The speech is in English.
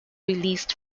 released